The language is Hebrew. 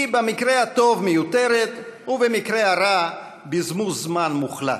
במקרה הטוב מיותרת ובמקרה הרע בזבוז זמן מוחלט.